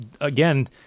again